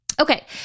okay